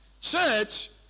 Church